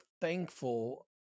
thankful